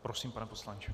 Prosím, pane poslanče.